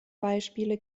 beispiele